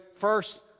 first